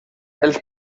els